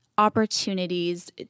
opportunities